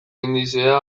indizea